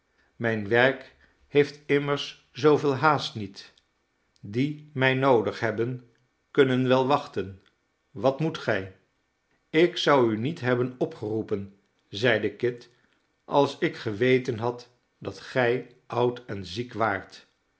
mijn werk heeft immers zooveel haast niet die mij noodig hebben kunnen wel wachten wat moet gij ik zou u niet hebben opgeroepen zeide kit als ik geweten had dat gij oud en ziek waart